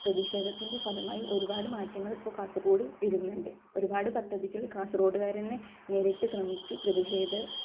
പ്രതിഷേധത്തിൻ്റെ ഫലമായി ഒരുപാട് മാറ്റങ്ങൾ ഇപ്പോൾ കാസർഗോട് വരുന്നുണ്ട് ഒരുപാട് പദ്ധതികൾ കാസർഗോടുകാരുതന്നെ നേരിട്ട് ശ്രമിച്ച് പ്രതിഷേധ